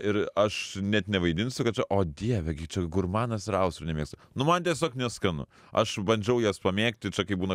ir aš net nevaidinsiu kad čia o dieve gi čia gurmanas ir austrių nemėgsta nu man tiesiog neskanu aš bandžiau jas pamėgti čia kai būna